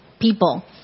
people